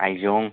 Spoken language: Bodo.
आयजं